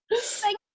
Thank